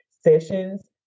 sessions